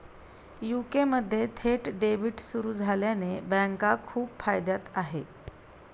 UK मध्ये थेट debit सुरू झाल्याने बँका खूप फायद्यात आहे